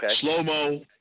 Slow-mo